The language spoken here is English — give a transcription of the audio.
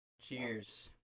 Cheers